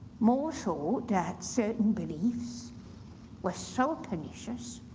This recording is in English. more thought that certain beliefs were so pernicious,